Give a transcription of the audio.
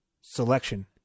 selection